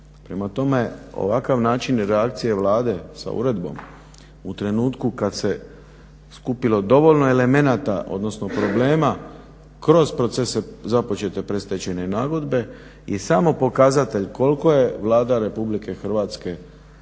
Prema tome ovakav način reakcije Vlade sa uredbom u trenutku kad se skupilo dovoljno elemenata odnosno problema kroz procese započete predstečajne nagodbe i samo pokazatelj koliko je Vlada RH reklo bi se